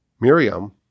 Miriam